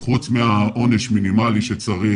חוץ מעונש מינימלי שצריך,